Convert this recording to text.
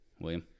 William